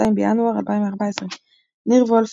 2 בינואר 2014 ניר וולף,